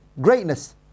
greatness،